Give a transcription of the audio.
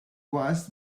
was